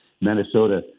Minnesota